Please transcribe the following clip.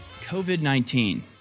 COVID-19